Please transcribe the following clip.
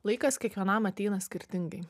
laikas kiekvienam ateina skirtingai